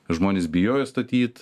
žmonės bijojo statyt